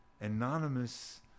anonymous